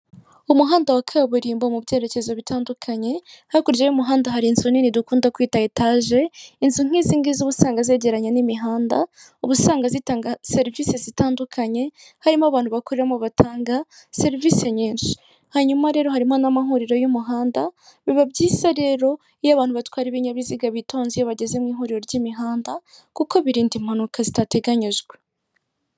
Umuhanda wa kaburimbo mu byerekezo bitandukanye, hakurya y'umuhanda hari inzu nini dukunda kwita etaje, inzu nk'izingizi uba usanga zegereranye n'imihanda, uba usanga zitanga serivisi zitandukanye, harimo abantu bakoreramo batanga serivisi nyinshi. Hanyuma rero harimo n'amahuriro y'umuhanda, biba byiza rero iyo abantu batwara ibinyabiziga bitonze iyo bageze mu ihuriro ry'imihanda kuko birinda impanuka zitateganyijwe.